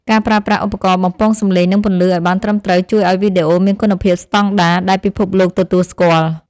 ការប្រើប្រាស់ឧបករណ៍បំពងសំឡេងនិងពន្លឺឱ្យបានត្រឹមត្រូវជួយឱ្យវីដេអូមានគុណភាពស្តង់ដារដែលពិភពលោកទទួលស្គាល់។